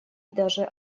даже